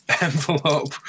envelope